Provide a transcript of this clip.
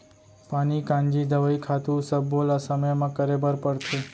पानी कांजी, दवई, खातू सब्बो ल समे म करे बर परथे